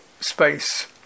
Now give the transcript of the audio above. space